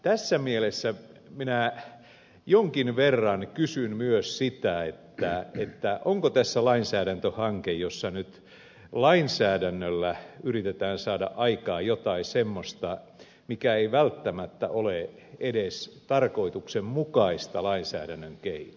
tässä mielessä minä jonkin verran kysyn myös sitä onko tässä lainsäädäntöhanke jossa nyt lainsäädännöllä yritetään saada aikaan jotain semmoista mikä ei välttämättä ole edes tarkoituksenmukaista lainsäädännön keinoin